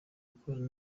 gukorana